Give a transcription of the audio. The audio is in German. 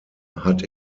hat